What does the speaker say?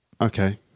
Okay